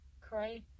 Cray